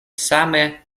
same